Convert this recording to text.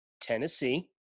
Tennessee